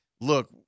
look